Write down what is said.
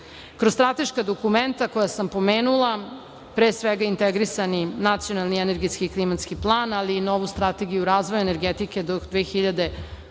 strateška dokumenta koja sam pomenula, pre svega Integrisani nacionalni energetski i klimatski plan, ali i novu Strategiju razvoja energetike do 2050.